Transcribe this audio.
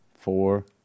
four